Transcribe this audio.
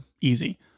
easy